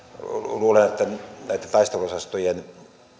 luulen että näiden taisteluosastojen